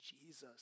Jesus